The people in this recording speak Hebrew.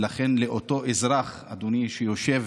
ולכן, אדוני, לאותו אזרח שיושב